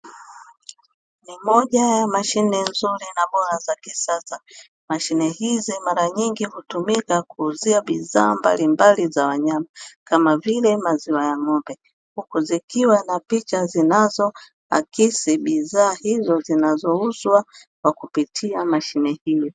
Ni moja ya Mashine nzuri na bora za kisasa, Mashine hizi mara nyingi hutumika kuuzia bidhaa mbalimbali za wanyama kama vile maziwa ya ng’ombe; huku zikiwa na picha zinazo hakisi bidhaa zinazouzwa kwa kutumia Mashine hizi.